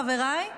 חבריי,